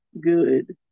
good